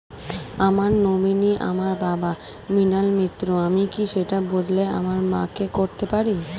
আমার নমিনি আমার বাবা, মৃণাল মিত্র, আমি কি সেটা বদলে আমার মা কে করতে পারি?